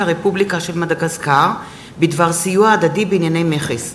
הרפובליקה של מדגסקר בדבר סיוע הדדי בענייני מכס.